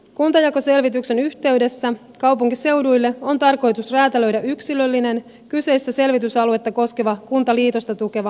kuntajakoselvityksen yhteydessä kaupunkiseuduille on tarkoitus räätälöidä yksilöllinen kyseistä selvitysaluetta koskeva kuntaliitosta tukeva muutoksentukiohjelma